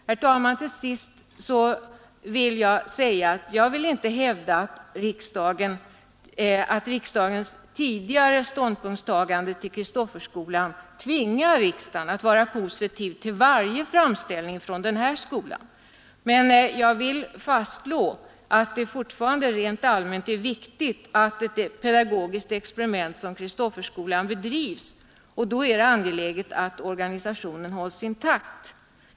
Herr talman, jag vill inte hävda att riksdagens tidigare ståndpunktstagande till Kristofferskolan tvingar riksdagen att vara positiv till varje framställning från denna skola. Men jag vill fastslå att det fortfarande rent allmänt är viktigt att ett pedagogiskt experiment som Kristofferskolan bedrivs, och då är det angeläget att organisationen hålls intakt.